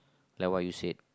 like what you said